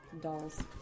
Dolls